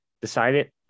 decided